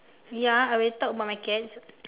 ya I will talk about my cats